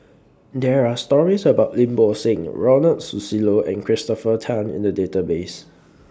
There Are stories about Lim Bo Seng Ronald Susilo and Christopher Tan in The Database